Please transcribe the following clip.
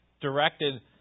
directed